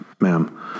ma'am